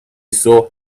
saw